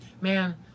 man